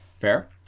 fair